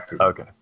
Okay